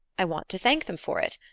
i want to thank them for it.